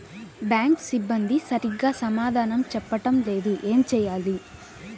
Bank సిబ్బంది సరిగ్గా సమాధానం చెప్పటం లేదు ఏం చెయ్యాలి?